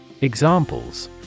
Examples